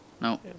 No